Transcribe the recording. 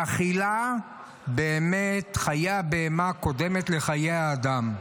באכילה באמת חיי הבהמה קודמים לחיי האדם,